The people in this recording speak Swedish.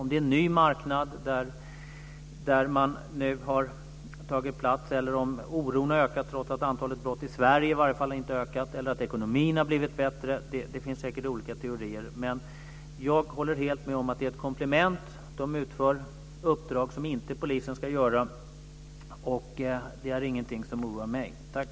Det kan vara en ny marknad där dessa företag nu har tagit plats. Oron har kanske ökat trots att antalet brott inte har ökat, i varje fall inte i Sverige. Eller det kan bero på att ekonomin har blivit bättre. Det finns säkert olika teorier. Men jag håller helt med om att detta är ett komplement. De här företagen utför uppdrag som polisen inte ska utföra. Det är ingenting som oroar mig. Tack!